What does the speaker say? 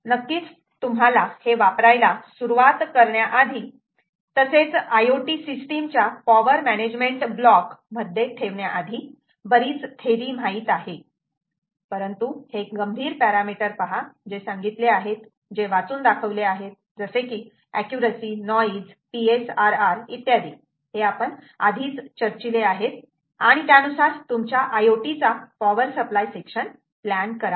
नक्कीच तुम्हाला हे वापरायला सुरुवात करण्याआधी तसेच IoT सिस्टीम च्या पॉवर मॅनेजमेंट ब्लॉक मध्ये ठेवण्याआधी बरीच थेरी माहित आहे परंतु हे गंभीर पॅरामिटर पहा जे सांगितले आहेत जे वाचून दाखवले आहेत जसे की अँक्युरसी नॉइज PSRR इत्यादी हे आपण आधीच चर्चिले आहेत आणि त्यानुसार तुमच्या IoT चा पॉवर सप्लाय सेक्शन प्लान करा